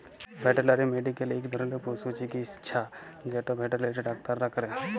veterinary medical ইক ধরলের পশু চিকিচ্ছা যেট ভেটেলারি ডাক্তাররা ক্যরে